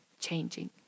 changing